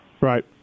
Right